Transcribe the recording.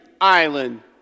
island